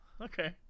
okay